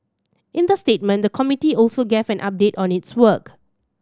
in the statement the committee also gave an update on its work